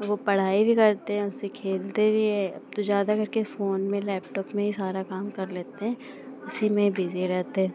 वे पढ़ाई भी करते हैं उससे खेलते भी हैं अब तो ज़्यादा करके फ़ोन में लैपटॉप में ही सारा काम कर लेते हैं उसी में बिज़ी रहते